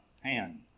hand